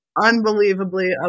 unbelievably